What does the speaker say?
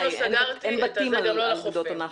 אין בתים על גדות הנחל.